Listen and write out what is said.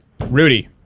Rudy